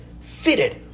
fitted